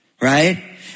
right